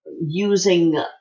using